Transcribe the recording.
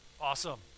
Awesome